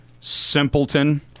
Simpleton